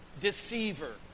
deceiver